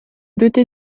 doté